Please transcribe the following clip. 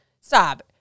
Stop